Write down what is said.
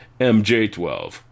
MJ-12